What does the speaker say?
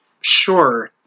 Sure